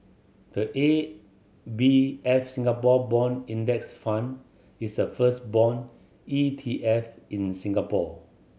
the A B F Singapore Bond Index Fund is the first bond E T F in Singapore